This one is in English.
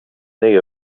knee